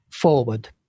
forward